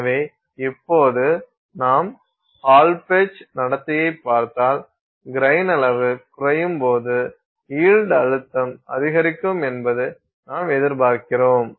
எனவே இப்போது நாம் ஹால் பெட்ச் நடத்தையைப் பார்த்தால் கிரைன் அளவு குறையும்போது ஈல்டு அழுத்தம் அதிகரிக்கும் என்று நாம் எதிர்பார்க்கிறோம்